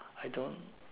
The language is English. I don't